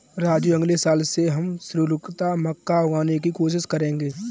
राजू अगले साल से हम त्रिशुलता मक्का उगाने की कोशिश करेंगे